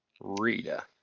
rita